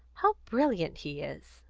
how brilliant he is!